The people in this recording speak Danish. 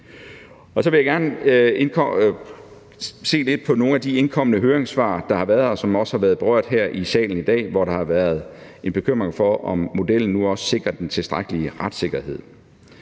Så vil jeg gerne se lidt på nogle af de indkomne høringssvar, der har været, og som også er blevet berørt her i salen i dag, hvor der har været en bekymring for, om modellen nu også sikrer den tilstrækkelige retssikkerhed.